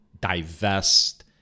divest